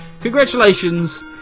congratulations